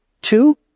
Two